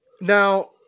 Now